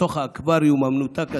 בתוך האקווריום המנותק הזה,